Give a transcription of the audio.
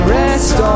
rest